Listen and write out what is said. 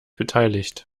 beteiligt